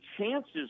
chances